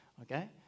Okay